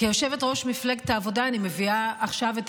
כיושבת-ראש מפלגת העבודה אני מביאה עכשיו את